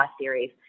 series